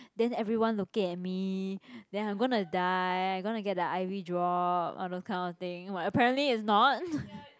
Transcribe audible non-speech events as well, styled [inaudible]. then everyone looking at me then I'm gonna die and gonna get the I_V drop all those kind of thing but apparently is not [laughs]